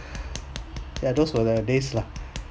ya those were the days lah